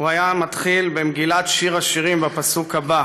הוא היה מתחיל במגילת שיר השירים בפסוק הבא